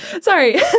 sorry